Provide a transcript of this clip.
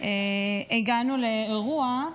בזמן שהגענו לאירוע,